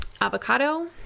avocado